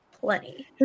plenty